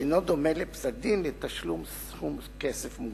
שאינו דומה לפסק-דין לתשלום סכום כסף.